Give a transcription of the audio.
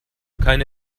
keine